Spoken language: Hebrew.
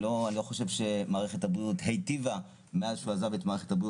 אני לא חושב שמערכת הבריאות היטיבה מאז שהוא עזב את משרד הבריאות.